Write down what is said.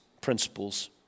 principles